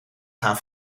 gaan